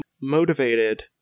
motivated